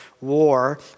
war